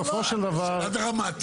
בסופו של דבר --- זו שאלה דרמטית,